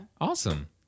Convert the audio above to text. Awesome